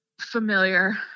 familiar